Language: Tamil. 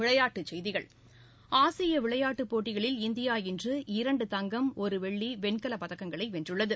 விளைபாட்டுச்செய்திகள் ஆசிய விளையாட்டுப் போட்டிகளில் இந்தியா இன்று இரண்டு தங்கம் ஒரு வெள்ளி வெண்கலப் பதக்கங்களை வென்றுள்ளது